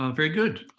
um very good.